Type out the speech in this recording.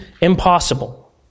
impossible